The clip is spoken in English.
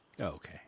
okay